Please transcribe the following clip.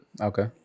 okay